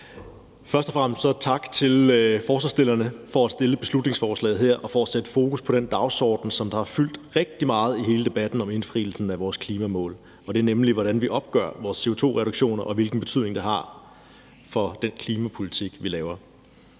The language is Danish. Først og fremmest vil jeg sige tak til forslagsstillerne for at fremsætte beslutningsforslaget her og for at sætte fokus på den dagsorden, der har fyldt rigtig meget i hele debatten om indfrielsen af vores klimamål, nemlig hvordan vi opgør vores CO2-reduktioner, og hvilken betydning det har for den klimapolitik, vi laver.